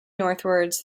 northwards